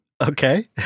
Okay